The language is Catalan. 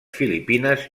filipines